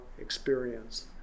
experience